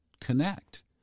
connect